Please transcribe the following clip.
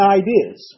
ideas